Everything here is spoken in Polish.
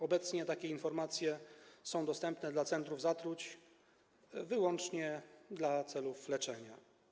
Obecnie takie informacje są dostępne dla centrów zatruć wyłącznie dla celów leczenia.